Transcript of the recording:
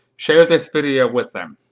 share this video with them.